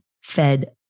fed